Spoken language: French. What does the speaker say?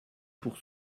pour